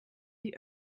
die